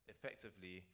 Effectively